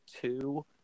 two